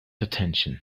attention